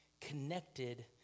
connected